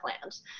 plans